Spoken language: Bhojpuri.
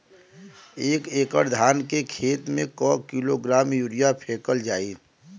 एक एकड़ धान के खेत में क किलोग्राम यूरिया फैकल जाई?